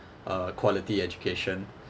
uh quality education